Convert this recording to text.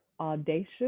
audacious